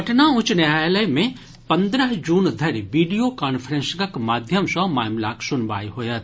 पटना उच्च न्यायालय मे पन्द्रह जून धरि वीडियो कॉन्फ्रेंसिगक माध्यम सँ मामिलाक सुनवाई होयत